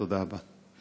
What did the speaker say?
תודה רבה.